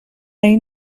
این